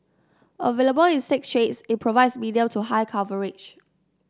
available in six shades it provides medium to high coverage